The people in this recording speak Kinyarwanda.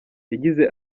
yagize